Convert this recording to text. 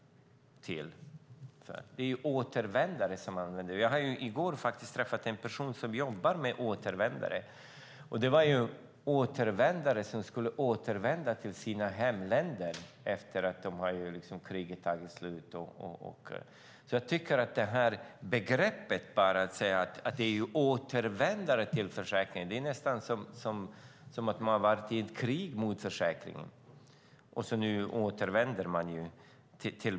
Jag träffade i går en person som jobbar med återvändare, sådana som skulle återvända till sina hemländer efter att kriget tagit slut. Att använda begreppet återvändare i fråga om försäkringen låter nästan som om de hade varit i krig med försäkringen och nu återvänder.